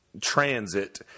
transit